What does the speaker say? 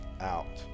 out